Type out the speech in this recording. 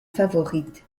favorite